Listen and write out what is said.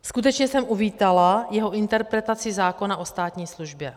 Skutečně jsem uvítala jeho interpretaci zákona o státní službě.